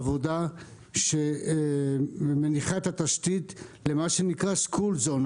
עבודה שמניחה את התשתית למה שנקרא school zone,